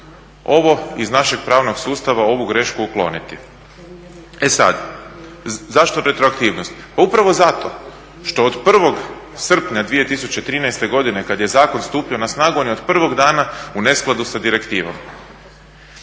ovo iz našeg pravnog sustava ovu grešku ukloniti. E sad, zašto retroaktivnost? Pa upravo zato što od 1. srpnja 2013. godine kad je zakon stupio na snagu, on je od prvog dana u neskladu sa direktivom.